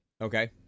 Okay